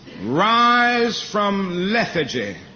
rise from lethargy